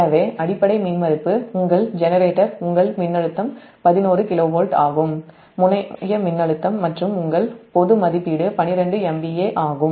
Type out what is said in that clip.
எனவே அடிப்படை மின்மறுப்பு உங்கள் ஜெனரேட்டர் உங்கள் மின்னழுத்தம் 11kV ஆகும் முனைய மின்னழுத்தம் மற்றும் உங்கள் பொதுமதிப்பீடு 12 MVA ஆகும்